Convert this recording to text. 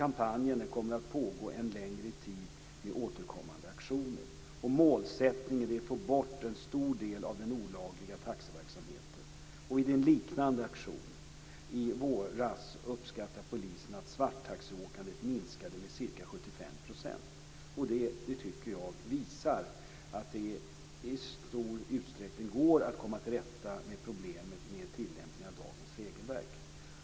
Kampanjen kommer att pågå en längre tid med återkommande aktioner. Målsättningen är att få bort en stor del av den olagliga taxiverksamheten. Vid en liknande aktion i våras uppskattade polisen att svarttaxiåkandet minskade med ca 75 %. Det tycker jag visar att det i stor utsträckning går att komma till rätta med problemet med tillämpningen av dagens regelverk.